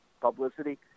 publicity